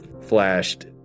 flashed